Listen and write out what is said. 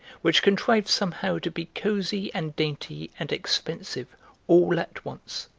which contrived somehow to be cosy and dainty and expensive all at once.